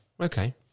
okay